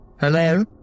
Hello